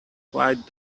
quite